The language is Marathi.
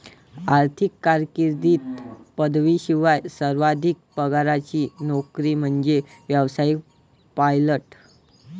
आर्थिक कारकीर्दीत पदवीशिवाय सर्वाधिक पगाराची नोकरी म्हणजे व्यावसायिक पायलट